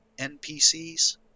NPCs